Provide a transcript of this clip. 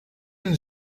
and